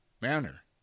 manner